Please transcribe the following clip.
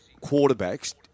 quarterbacks